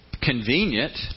convenient